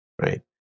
right